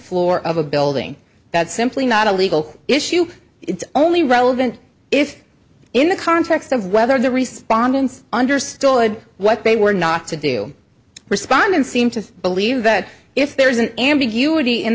floor of a building that's simply not a legal issue it's only relevant if in the context of whether the respondents understood what they were not to do respond and seem to believe that if there is an ambiguity in